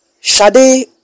Shade